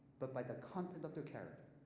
but by the content of their character.